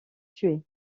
tués